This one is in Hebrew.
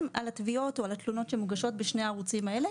על התביעות או על התלונות שמוגשות בשני הערוצים הללו.